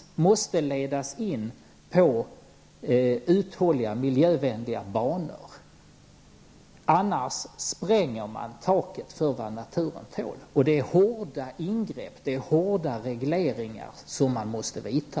Den måste ledas in på uthålliga, miljövänliga banor, annars spränger man taket för vad naturen tål. Det är hårda ingrepp och hårda regleringar som man måste vidta.